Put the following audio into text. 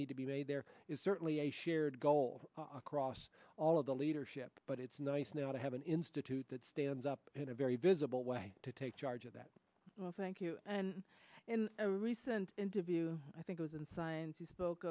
need to be made there is certainly a shared goal across all of the leadership but it's nice now to have an institute that stands up in a very visible way to take charge of that well thank you and in a recent interview i think i was in science you spoke